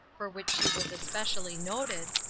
for which she was especially noted,